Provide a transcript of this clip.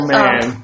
man